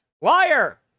Liar